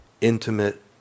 intimate